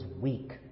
weak